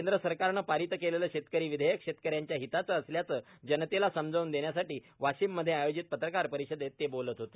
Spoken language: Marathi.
केंद्र सरकारने पारित केलेले शेतकरी विधेयक शेतकऱ्यांच्या हिताचं असल्याचं जनतेला समजावून देण्यासाठी वाशिम मध्ये आयोजित पत्रकार परिषदेत ते बोलत होते